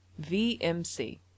VMC